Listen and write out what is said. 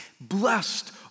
Blessed